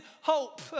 hope